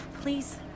Please